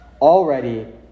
already